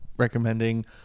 recommending